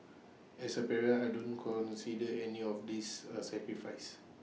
as A parent I don't consider any of this A sacrifice